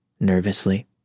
Nervously